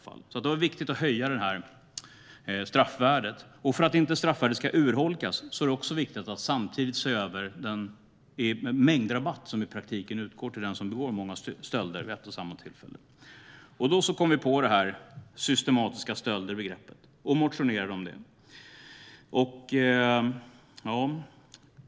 Det är viktigt att höja straffvärdet, och för att inte straffvärdet ska urholkas är det också viktigt att samtidigt se över den mängdrabatt som i praktiken utgår till den som begår många stölder vid ett och samma tillfälle. Då kom vi på begreppet "systematiska stölder" och motionerade om det.